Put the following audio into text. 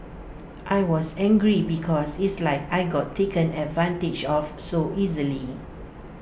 I was angry because it's like I got taken advantage of so easily